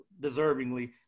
deservingly